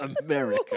America